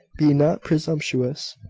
be not presumptuous!